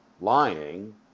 lying